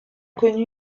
connu